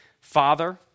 father